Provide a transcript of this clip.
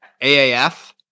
AAF